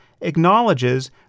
acknowledges